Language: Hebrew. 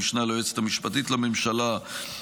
המשנה ליועצת המשפטית לממשלה,